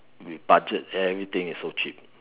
with budget everything is so cheap